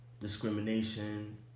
discrimination